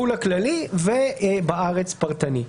החו"ל הכללי ובארץ פרטני.